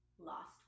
lost